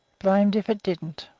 blamed if it didn't!